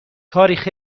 تاریخ